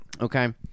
Okay